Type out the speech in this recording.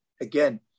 again